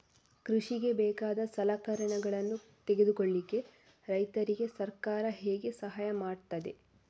ಕೃಷಿಗೆ ಬೇಕಾದ ಸಲಕರಣೆಗಳನ್ನು ತೆಗೆದುಕೊಳ್ಳಿಕೆ ರೈತರಿಗೆ ಸರ್ಕಾರ ಹೇಗೆ ಸಹಾಯ ಮಾಡ್ತದೆ?